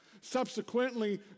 subsequently